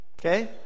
Okay